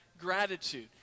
Gratitude